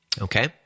Okay